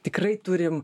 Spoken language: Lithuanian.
tikrai turim